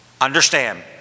Understand